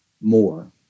more